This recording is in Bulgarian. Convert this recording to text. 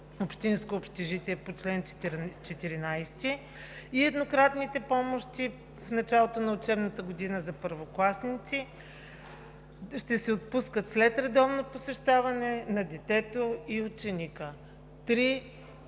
общинско общежитие по чл. 14 и еднократните помощи в началото на учебната година за първокласници, ще се отпускат след редовно посещаване на детето и ученика – три